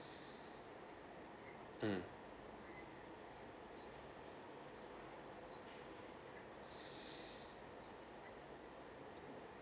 mm